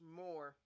more